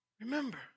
remember